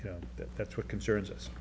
you know that that's what concerns us